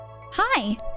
hi